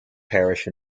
parish